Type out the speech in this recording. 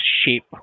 shape